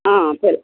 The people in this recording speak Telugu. సరే